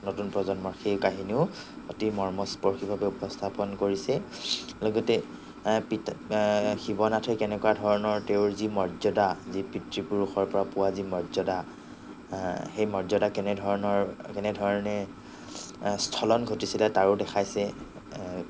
নতুন প্ৰজন্মৰ সেই কাহিনীও অতি মৰ্মস্পৰ্শীভাৱে উপস্থাপন কৰিছে লগতে পিতা শিৱনাথে কেনেকুৱা ধৰণৰ তেওঁৰ যি মৰ্যাদা যি পিতৃপুৰুষৰ পৰা পোৱা যি মৰ্যাদা সেই মৰ্যাদা কেনেধৰণৰ কেনেধৰণে স্খলন ঘটিছিলে তাৰো দেখাইছে